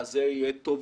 זסה יהיה טוב